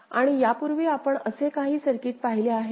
आणि यापूर्वी आपण असे काही सर्किट पाहिले आहे का